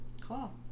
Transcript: cool